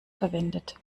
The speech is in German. verwendet